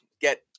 get